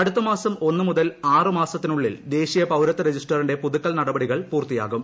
അടുത്ത മാസം ഒന്ന് മുതൽ ആറുമാസത്തിനുള്ളിൽ ദേശീയ പൌരത്വ രജിസ്റ്ററിന്റെ പുതുക്കൽ നടപടികൾ പൂർത്തിയാകും